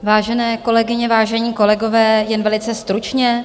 Vážené kolegyně, vážení kolegové, jen velice stručně.